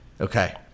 okay